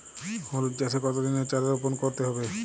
হলুদ চাষে কত দিনের চারা রোপন করতে হবে?